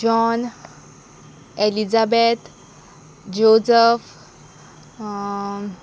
John Elizabeth Joseph